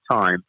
time